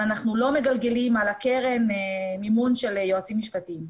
אבל אנחנו לא מגלגלים על הקרן מימון של יועצים משפטיים.